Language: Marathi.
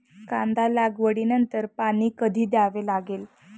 कांदा लागवडी नंतर पाणी कधी द्यावे लागते?